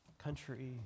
Country